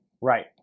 Right